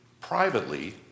privately